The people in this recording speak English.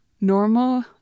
normal